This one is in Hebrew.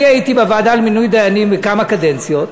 אני הייתי בוועדה למינוי דיינים כמה קדנציות,